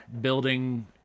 building